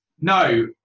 no